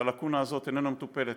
והלקונה הזאת איננה מטופלת,